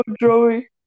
Joey